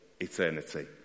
eternity